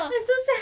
that's so sad